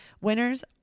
Winners